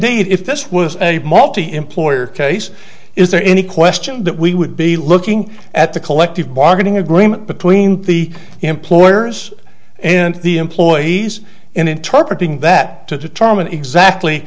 indeed if this was a multi employer case is there any question that we would be looking at the collective bargaining agreement between the employers and the employees and interpret that to determine exactly